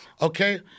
Okay